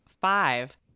five